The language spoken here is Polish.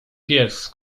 pies